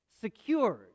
Secured